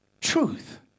truth